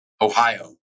Ohio